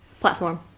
Platform